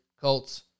Colts